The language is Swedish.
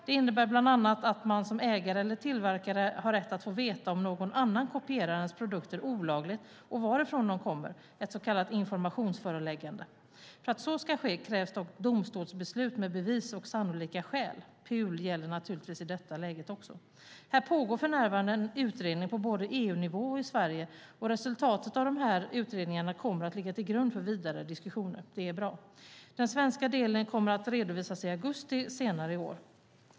Det innebär bland annat att man som ägare eller tillverkare har rätt att få veta om någon annan kopierar ens produkter olagligt och varifrån de kommer, det vill säga ett så kallat informationsföreläggande. För att så ska ske krävs dock domstolsbeslut med bevis och sannolika skäl. PUL gäller naturligtvis också i det här läget. Här pågår för närvarande en utredning både på EU-nivå och i Sverige. Resultatet av de här utredningarna kommer att ligga till grund för vidare diskussioner. Det är bra. Den svenska delen kommer att redovisas i augusti senare i år.